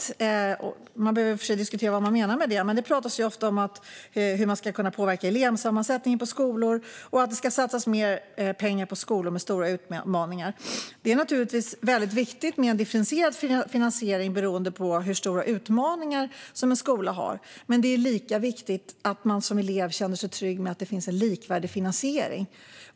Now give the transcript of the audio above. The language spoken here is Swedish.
Man kan i och för sig behöva diskutera vad man menar med det, men det pratas ju ofta om hur man ska kunna påverka elevsammansättningen på skolor och att det ska satsas mer pengar på skolor med stora utmaningar. Det är naturligtvis viktigt med en differentierad finansiering beroende på hur stora utmaningar en skola har. Men det är lika viktigt att man som elev känner sig trygg med att det finns en likvärdig finansiering.